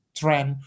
trend